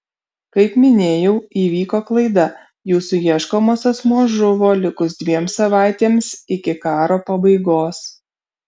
kaip minėjau įvyko klaida jūsų ieškomas asmuo žuvo likus dviem savaitėms iki karo pabaigos